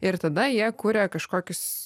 ir tada jie kuria kažkokius